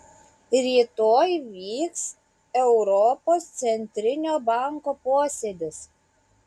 rytoj vyks europos centrinio banko posėdis